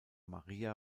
maria